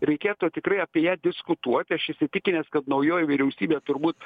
reikėtų tikrai apie ją diskutuot aš įsitikinęs kad naujoji vyriausybė turbūt